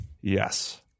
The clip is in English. Yes